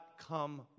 come